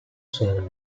sono